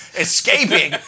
escaping